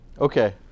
Okay